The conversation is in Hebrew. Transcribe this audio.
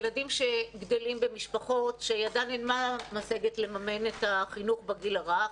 ילדים שגדלים במשפחות שידן אינה משגת לממן את החינוך בגיל הרך,